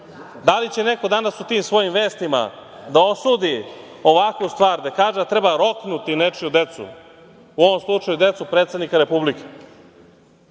li će neko danas u tim svojim vestima da osudi ovakvu stvar, da kaže da treba roknuti nečiju decu, u ovom slučaju decu predsednika Republike?